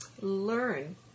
learn